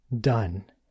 done